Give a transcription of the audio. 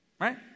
right